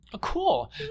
Cool